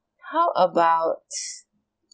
how about